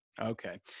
okay